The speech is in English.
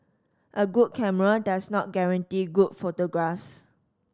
a good camera does not guarantee good photographs